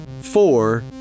four